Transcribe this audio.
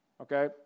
okay